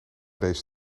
deze